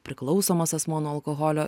priklausomas asmuo nuo alkoholio